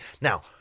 Now